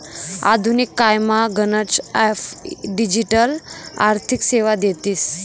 आधुनिक कायमा गनच ॲप डिजिटल आर्थिक सेवा देतीस